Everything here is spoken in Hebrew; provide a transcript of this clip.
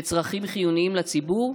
בצרכים חיוניים לציבור?